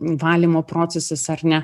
valymo procesas ar ne